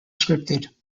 scripted